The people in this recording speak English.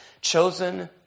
chosen